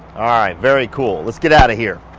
all right very cool. let's get out of here.